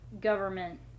government